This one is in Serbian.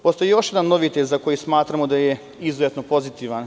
Postoji još jedan novitet za koji smatramo da je izuzetno pozitivan.